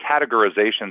categorizations